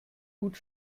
gut